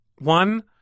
one